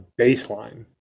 baseline